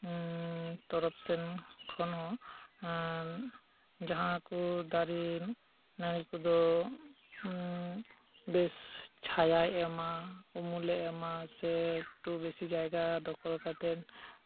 ᱤᱧ ᱛᱚᱨᱚᱯᱷ ᱥᱮᱱ ᱠᱷᱚᱱ ᱦᱚᱸᱡᱟᱦᱟᱸ ᱠᱚ ᱫᱟᱨᱮ ᱱᱟᱲᱤ ᱠᱚᱫᱚ ᱵᱮᱥ ᱪᱷᱟᱭᱟᱭ ᱮᱢᱟ ᱩᱢᱩᱞᱮ ᱮᱢᱟ ᱥᱮ ᱮᱠᱴᱩ ᱵᱮᱥᱤ ᱡᱟᱭᱜᱟ ᱫᱚᱠᱷᱚᱞ ᱠᱟᱛᱮᱫ